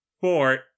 four